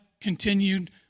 continued